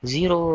Zero